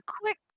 Quick